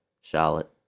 Charlotte